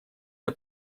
для